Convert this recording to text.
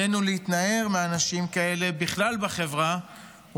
עלינו להתנער מאנשים כאלה בחברה בכלל,